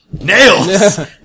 Nails